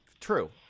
true